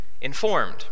informed